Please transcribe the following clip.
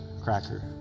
cracker